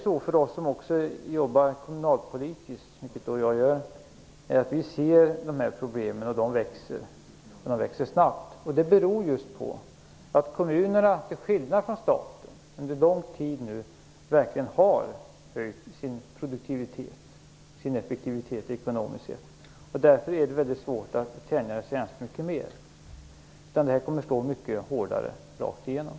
Vi som också jobbar kommunalpolitiskt, vilket jag gör, ser de här problemen, som växer snabbt. Det beror just på att kommunerna, till skillnad från staten, under lång tid nu verkligen har höjt sin produktivitet och sin effektivitet ekonomiskt sett. Därför är det väldigt svårt att tänja så mycket mer inom den sektorn; där kommer detta att slå mycket hårdare rakt igenom.